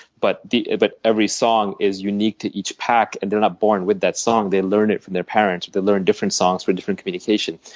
but but every song is unique to each pack and they're not born with that song they learn it from their parents. they learn different songs for different communication.